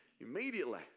Immediately